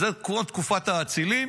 זה כמו תקופת האצילים